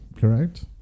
Correct